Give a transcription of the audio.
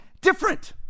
different